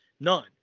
None